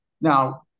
Now